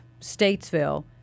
Statesville